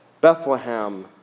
Bethlehem